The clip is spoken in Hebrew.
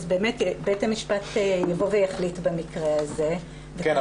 אז בית משפט יבוא ויחליט במקרה הזה --- כן,